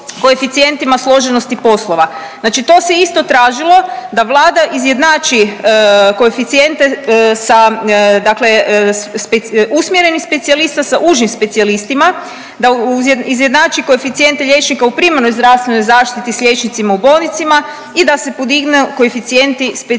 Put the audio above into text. koeficijentima složenosti poslova, znači to se isto tražilo da Vlada izjednači koeficijente usmjeri sa specijalista sa užim specijalistima, da izjednači koeficijente liječnika u primarnoj zdravstvenoj zaštiti s liječnicima u bolnicama i da se podignu koeficijenti specijalizantima.